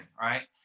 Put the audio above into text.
right